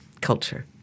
culture